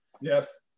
yes